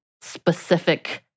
specific